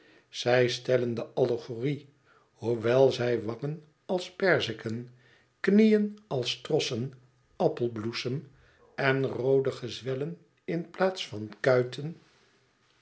zij stellen de allegorie hoewel zij wangen als perziken knieën als trossen appelbloesem en roode gezwellen in plaats van kuiten